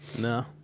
No